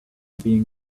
being